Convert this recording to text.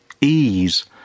ease